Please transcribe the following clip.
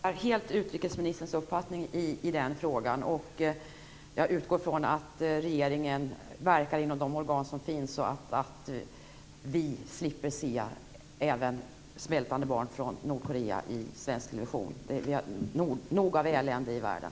Fru talman! Jag delar helt utrikesministerns uppfattning i den frågan. Jag utgår från att regeringen verkar inom de organ som finns och att vi slipper se även svältande barn från Nordkorea i svensk television. Det är nog av elände i världen.